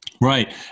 Right